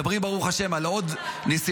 מדברים ברוך השם על עוד ניסיונות